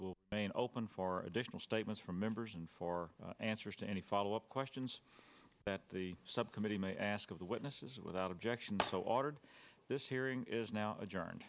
will open for additional statements from members and for answers to any follow up questions that the subcommittee may ask of the witnesses without objection so ordered this hearing is now a